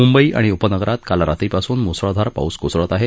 मुंबई आणि उपनगरात काल रात्रीपासून मुसळधार पाऊस कोसळत आहे